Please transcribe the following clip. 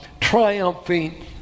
Triumphing